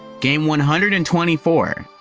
game one hundred and twenty four.